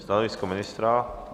Stanovisko ministra?